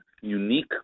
unique